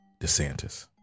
DeSantis